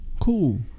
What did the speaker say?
Cool